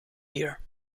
year